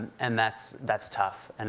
and that's that's tough, and